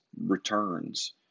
returns